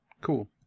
cool